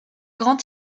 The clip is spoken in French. grands